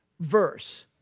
verse